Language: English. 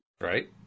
Right